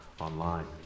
online